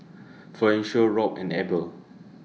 Florencio Robt and Abel